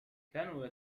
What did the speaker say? كانوا